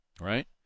right